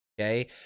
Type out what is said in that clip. Okay